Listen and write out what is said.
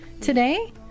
today